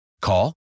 Call